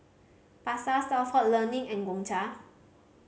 Pasar Stalford Learning and Gongcha